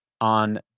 on